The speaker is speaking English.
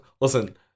Listen